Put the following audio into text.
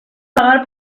vagar